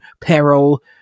peril